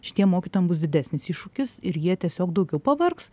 šitiem mokytojam bus didesnis iššūkis ir jie tiesiog daugiau pavargs